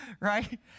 Right